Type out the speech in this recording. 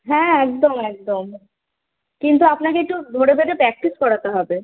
হ্যাঁ একদম একদম কিন্তু আপনাকে একটু ধরে বেঁধে প্র্যাকটিস করাতে হবে